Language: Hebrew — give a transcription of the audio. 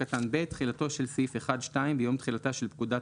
(ב)תחילתו של סעיף 1(2) ביום תחילתה של פקודת